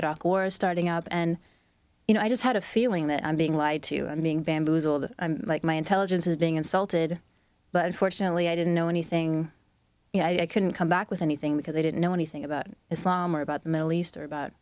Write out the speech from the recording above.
iraq war starting up and you know i just had a feeling that i'm being lied to and being bamboozled like my intelligence is being insulted but unfortunately i didn't know anything you know i couldn't come back with anything because i didn't know anything about islam or about the middle east or about